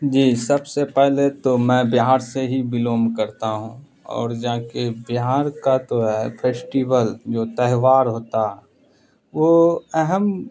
جی سب سے پہلے تو میں بہار سے ہی بلونگ کرتا ہوں اور جا کے بہار کا تو ہے فیسٹیول جو تہوار ہوتا وہ اہم